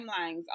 timelines